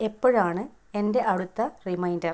എപ്പോഴാണ് എൻ്റെ അടുത്ത റിമൈൻഡർ